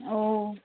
ও